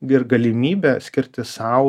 ir galimybė skirti sau